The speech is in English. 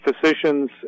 physicians